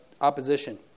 opposition